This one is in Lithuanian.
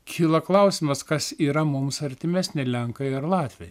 kyla klausimas kas yra mums artimesni lenkai ar latviai